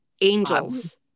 Angels